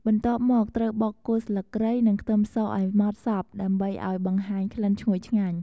បន្ទាប់មក ត្រូវបុកគល់ស្លឹកគ្រៃ និងខ្ទឹមសឱ្យម៉ដ្ឋសព្វ ដើម្បីឱ្យបង្ហាញក្លិនឈ្ងុយឆ្ងាញ់។